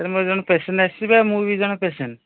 sir ମୋ ଜଣେ patient ଆସିବେ ମୁଁ ବି ଜଣେ ପେସେଣ୍ଟ